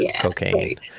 cocaine